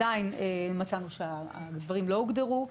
עדיין מצאנו שהדברים לא הוגדרו.